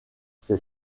ces